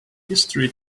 history